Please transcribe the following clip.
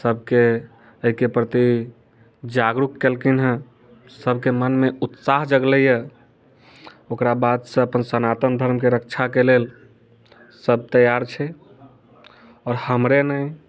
सबके एहिके प्रति जागरूक केलखिन हँ सबके मनमे ऊत्साह जगलैया ओकरा बाद सँ अपन सनातन धर्म के रक्षा के लेल सब तैयार छै आओर हमरे नहि